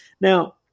Now